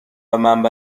منبع